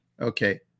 Okay